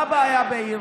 מה הבעיה בעיר?